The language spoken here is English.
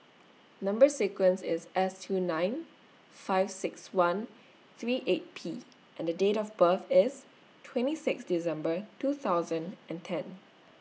Number sequence IS S two nine five six one three eight P and Date of birth IS twenty six December two thousand and ten